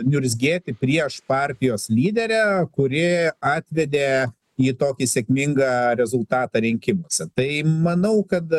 niurzgėti prieš partijos lyderę kuri atvedė į tokį sėkmingą rezultatą rinkimuose tai manau kad